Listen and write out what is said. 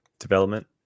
Development